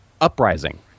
uprising